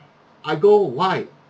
I go why